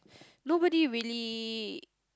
nobody really